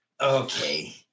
Okay